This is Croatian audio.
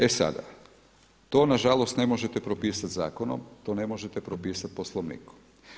E sada, to nažalost ne možete propisati zakonom, to ne možete propisati Poslovnikom.